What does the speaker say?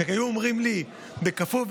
בכפוף,